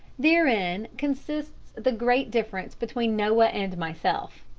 therein consists the great difference between noah and myself.